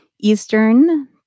Eastern